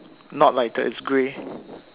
not like that it's grey